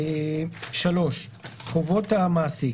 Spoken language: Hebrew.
חובות המעסיק